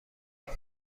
هنر